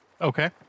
Okay